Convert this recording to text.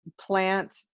plant